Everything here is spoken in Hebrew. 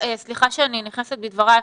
סליחה שאני נכנסת בדברייך,